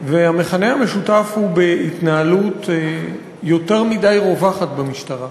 והמכנה המשותף הוא בהתנהלות יותר מדי רווחת במשטרה,